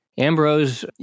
Ambrose